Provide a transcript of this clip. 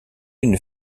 une